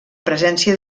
presència